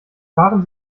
fahren